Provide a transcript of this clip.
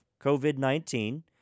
COVID-19